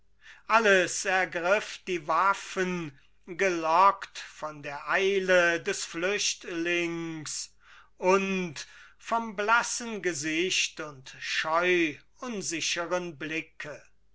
alles ergriff die waffen gelockt von der eile des flüchtlings und vom blassen gesicht und scheu unsicheren blicke